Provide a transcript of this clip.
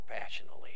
passionately